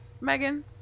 Megan